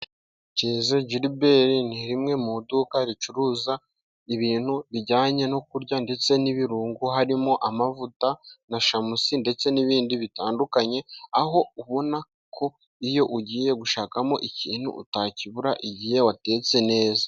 Kiza Jiriberi ni rimwe mu iduka ricuruza ibintu bijyanye no kurya ndetse n'ibirungo harimo amavuta na shamusi ndetse n'ibindi bitandukanye aho ubona ko iyo ugiye gushakamo ikintu utakibura igihe watetse neza.